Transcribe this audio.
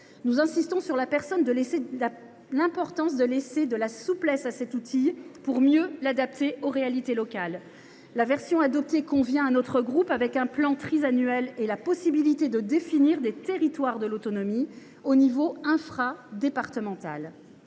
Nous insistons sur l’importance de laisser de la souplesse à cet outil pour mieux l’adapter aux réalités locales. La version adoptée convient à notre groupe, avec un plan trisannuel et la possibilité de définir des territoires de l’autonomie à l’échelon infradépartemental.